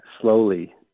slowly